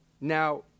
Now